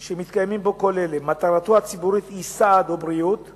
שמתקיימים בו כל אלה: 1. מטרתו הציבורית היא סעד או בריאות,